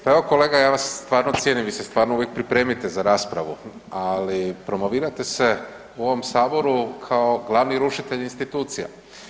Pa evo kolega ja vas stvarno cijenim, vi se stvarno uvijek pripremite za raspravu, ali promovirate se u ovom saboru kao glavni rušitelj institucija.